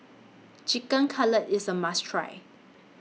Chicken Cutlet IS A must Try